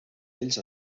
ells